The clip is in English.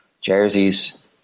jerseys